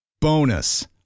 Bonus